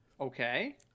Okay